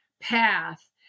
path